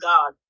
God